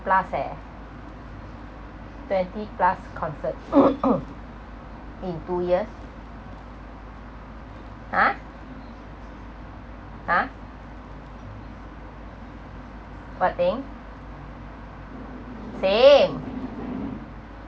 plus eh twenty plus concert in two years ha ha what thing same